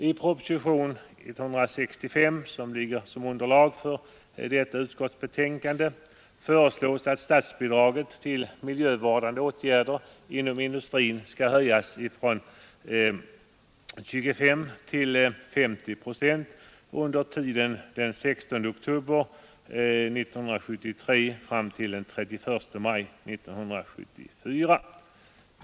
I propositionen 165, som bildar underlag för utskottsbetänkandet, föreslås att statsbidraget till miljövårdande åtgärder inom industrin skall höjas från 25 till 50 procent under tiden 16 oktober 1973—31 maj 1974.